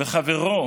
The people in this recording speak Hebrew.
וחברו,